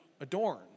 adorn